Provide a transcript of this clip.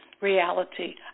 reality